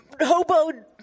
hobo